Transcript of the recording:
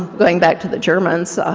going back to the germans,